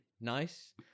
Nice